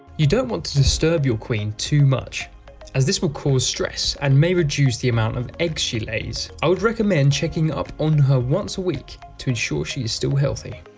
you don't want to disturb your queen too much as this will cause stress and may reduce the amount of eggs she lays. i would recommend checking up on her once a week to ensure she is still healthy.